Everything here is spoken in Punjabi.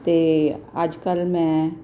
ਅਤੇ ਅੱਜ ਕੱਲ੍ਹ ਮੈਂ